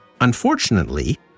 Unfortunately